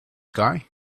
guy